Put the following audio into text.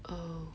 oh